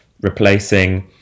replacing